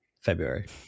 February